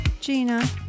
Gina